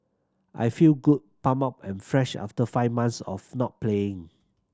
I feel good pumped up and fresh after five months of not playing